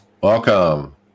Welcome